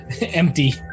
empty